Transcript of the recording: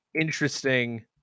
interesting